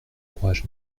courage